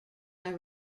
are